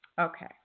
Okay